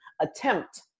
attempt